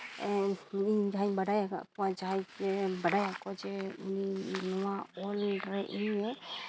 ᱤᱧ ᱡᱟᱦᱟᱸᱭᱤᱧ ᱵᱟᱰᱟᱭᱟᱠᱟᱫ ᱠᱚᱣᱟ ᱡᱟᱦᱟᱸᱭ ᱵᱟᱰᱟᱭᱟᱠᱚ ᱡᱮ ᱱᱚᱣᱟ ᱚᱞ ᱨᱮ ᱤᱧᱮ